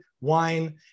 wine